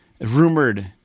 rumored